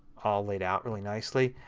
all laid out really nicely.